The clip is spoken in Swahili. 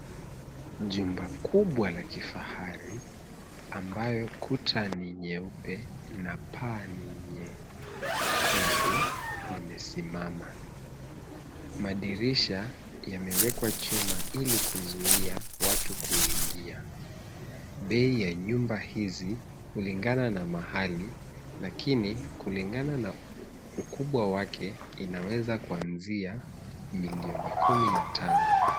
Jumba kubwa la kifahari ambayo kuta ni nyeupe na paa ni nyekundu limesimama, madirisha yamewekwa chuma ili kuzuia watu kuingia, bei ya nyumba izi kulingana na mahali, lakini kulingana na ukubwa wake inaweza kuanzia milioni kumi na tano.